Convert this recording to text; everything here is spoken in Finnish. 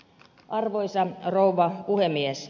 arvoisa rouva puhemies